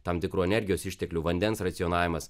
tam tikrų energijos išteklių vandens racionavimas